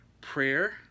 prayer